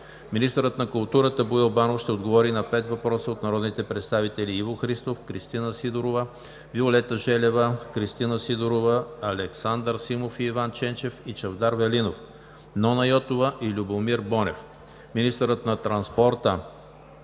министърът на културата Боил Банов ще отговори на пет въпроса от народните представители Иво Христов; Кристина Сидорова и Виолета Желева; Кристина Сидорова; Александър Симов и Иван Ченчев; и Чавдар Велинов, Нона Йотова и Любомир Бонев; - министърът на транспорта,